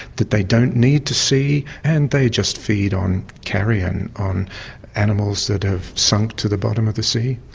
that they don't need to see, and they just feed on carrion, on animals that have sunk to the bottom of the sea.